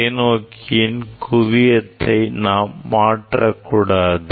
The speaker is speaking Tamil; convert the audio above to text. தொலைநோக்கியின் குவியத்தை நாம் மாற்றக்கூடாது